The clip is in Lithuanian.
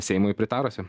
seimui pritarusi